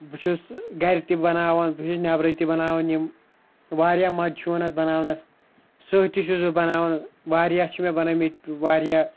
بہٕ چھُس گَرِ تہِ بَناوان بہٕ چھُس نٮ۪برِ تہِ بَناوان یِم واریاہ مَزٕ چھُ یِوان اَتھ بَناونَس سٕہہ تہِ چھُس بہٕ بَناوان واریاہ چھِ مےٚ بَنٲومٕتۍ واریاہ